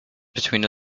between